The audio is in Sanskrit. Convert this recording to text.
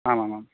आमामाम्